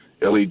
LED